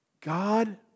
God